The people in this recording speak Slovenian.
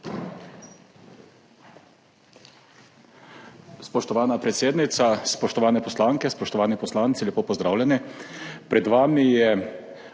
Spoštovana predsednica, spoštovane poslanke, spoštovani poslanci, lepo pozdravljeni! Pred vami je